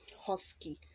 husky